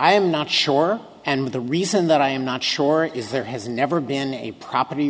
i am not sure and the reason that i am not sure is there has never been a property